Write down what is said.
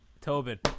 tobin